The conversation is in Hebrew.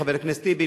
חבר הכנסת טיבי,